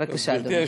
בבקשה, אדוני.